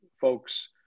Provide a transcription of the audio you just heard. folks